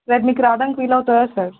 రేపు మీకు రావడానికి వీలవుతుందా సార్